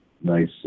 nice